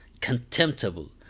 contemptible